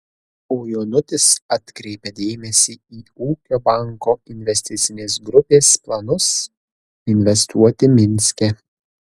o jonutis atkreipia dėmesį į ūkio banko investicinės grupės planus investuoti minske